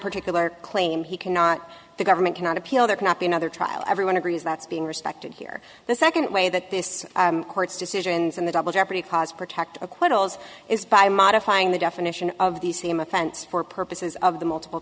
particular claim he cannot the government cannot appeal there cannot be another trial everyone agrees that's being respected here the second way that this court's decisions and the double jeopardy clause protect acquittals is by modifying the definition of the same offense for purposes of the multiple